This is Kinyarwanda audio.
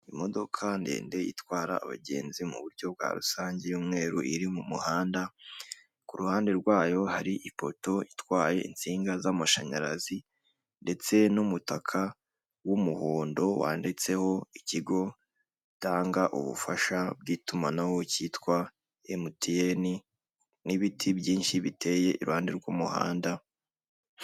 Imodoka ndende itwara abagenzi muburyo bwa rusange y'umweru iri mu muhanda kuruhande rwayo hari ipoto itwaye insinga z'amashanyarazi, ndetse n'umutaka w'umuhondo wanditseho ikigo gitanga ubufasha bw'itumanaho cyitwa emutiyeni n'ibiti byinshi biteye iruhande rw'umuhanda.